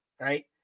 Right